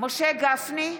משה גפני,